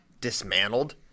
dismantled